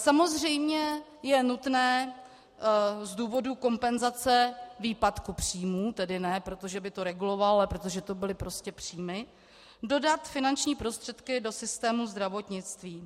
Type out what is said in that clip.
Samozřejmě je nutné z důvodu kompenzace výpadků příjmů, tedy ne proto, že by to regulovalo, ale protože to byly prostě příjmy, dodat finanční prostředky do systému zdravotnictví.